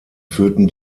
führten